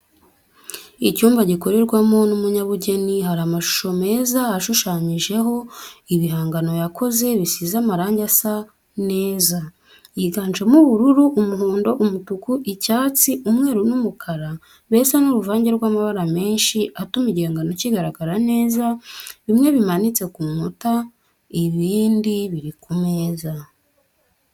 Icyumba gikorerwamo n'umunyabugeni, hari amashusho meza ashushanyijeho ibihangano yakoze bisize amarange asa neza yiganjemo ubururu, umuhondo umutuku, icyatsi, umweru n'umukara, mbese ni uruvange rw'amabara menshi atuma igihangano kigaragara neza, bimwe bimanitse ku nkuta, ibindi biri ku meza.